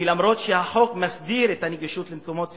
אבל אף שהחוק מסדיר את הנגישות של מקומות ציבוריים,